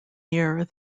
year